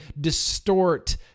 distort